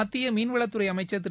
மத்திய மீன்வளத்துறை அமைச்சா் திரு